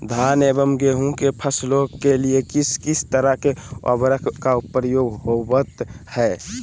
धान एवं गेहूं के फसलों के लिए किस किस तरह के उर्वरक का उपयोग होवत है?